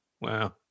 Wow